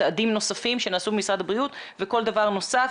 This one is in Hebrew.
צעדים נוספים שנעשו במשרד הבריאות וכל דבר נוסף.